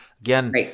again-